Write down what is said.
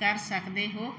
ਕਰ ਸਕਦੇ ਹੋ